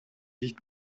dicht